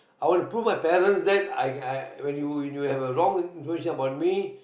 I want to prove my parents then I I when you you have are wrong information about me